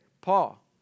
Paul